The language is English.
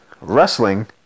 wrestling